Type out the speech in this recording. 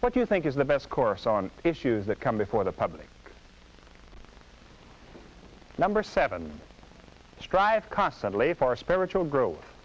what you think is the best course on the issues that come before the public number seven strive constantly for spiritual growth